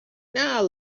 now